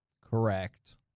Correct